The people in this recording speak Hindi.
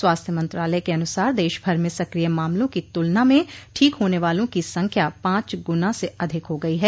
स्वास्थ्य मंत्रालय के अनुसार देशभर में सक्रिय मामलों की तुलना में ठीक होने वालों की संख्या पांच गुना से अधिक हो गई है